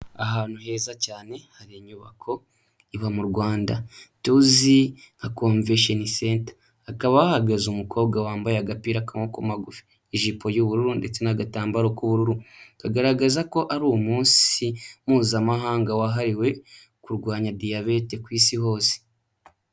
Ahantu heza cyane hari inyubako iba mu Rwanda tuzi nka Convention Center. Hakaba hahagaze umukobwa wambaye agapira k'amaboko magufi, ijipo y'ubururu ndetse n'agatambaro k'ubururu. Kagaragaza ko ari umunsi mpuzamahanga wahariwe kurwanya diyabete ku isi hose.